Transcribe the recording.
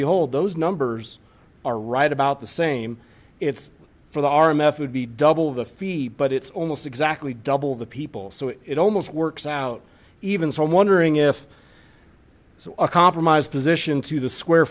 behold those numbers are right about the same it's for our method be double the fee but it's almost exactly double the people so it almost works out even so i'm wondering if so a compromise position to the square